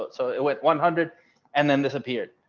but so it went one hundred and then disappeared.